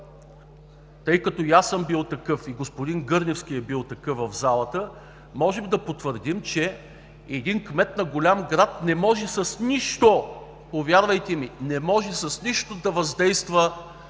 Тъй като и аз съм бил такъв, и господин Гърневски от залата е бил такъв, можем да потвърдим, че един кмет на голям град не може с нищо, повярвайте ми, не може с нищо да въздейства